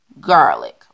garlic